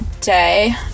day